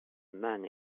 man